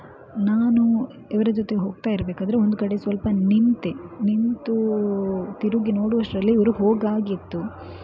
ನಾನು ಇವರ ಜೊತೆ ಹೋಗ್ತಾ ಇರಬೇಕಾದ್ರೆ ಒಂದು ಕಡೆ ಸ್ವಲ್ಪ ನಿಂತೆ ನಿಂತು ತಿರುಗಿ ನೋಡುವಷ್ಟರಲ್ಲಿ ಇವರು ಹೋಗಾಗಿತ್ತು